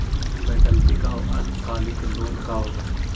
वैकल्पिक और अल्पकालिक लोन का होव हइ?